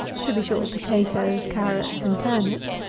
to be sure, potatoes, carrots, and turnips,